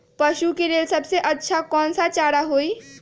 पशु के लेल सबसे अच्छा कौन सा चारा होई?